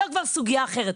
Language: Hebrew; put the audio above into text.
זו כבר סוגיה אחרת.